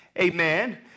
amen